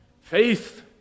Faith